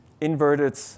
inverted